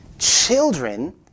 Children